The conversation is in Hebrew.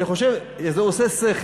אני חושב שזה הגיוני.